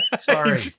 Sorry